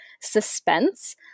suspense